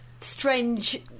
strange